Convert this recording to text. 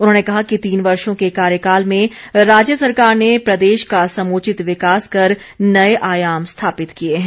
उन्होंने कहा कि तीन वर्षों के कार्यकाल में राज्य सरकार ने प्रदेश का समुचित विकास कर नए आयाम स्थापित किए हैं